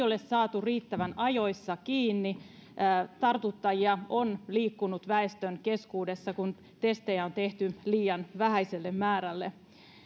ole saatu riittävän ajoissa kiinni tartuttajia on liikkunut väestön keskuudessa kun testejä on tehty liian vähäiselle määrälle